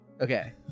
Okay